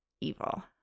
evil